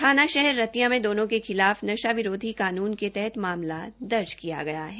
थाना शहर रतिया में दोनों के खिलाफ नशा विरोधी कानून के तहत मामला दर्ज किया गया गया है